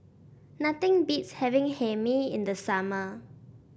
nothing beats having Hae Mee in the summer